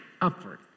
upward